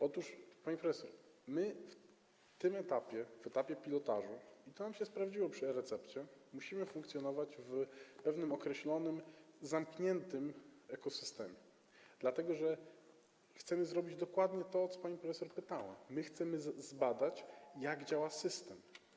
Otóż, pani profesor, na tym etapie, na etapie pilotażu - i to nam się sprawdziło przy e-recepcie - musimy funkcjonować w pewnym określonym, zamkniętym ekosystemie, dlatego że chcemy zrobić dokładnie to, o co pani profesor pytała: chcemy zbadać, jak działa system.